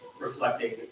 reflecting